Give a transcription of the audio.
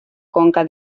conca